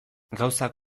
gauzak